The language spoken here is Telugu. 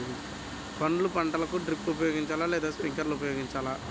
పండ్ల పంటలకు డ్రిప్ ఉపయోగించాలా లేదా స్ప్రింక్లర్ ఉపయోగించాలా?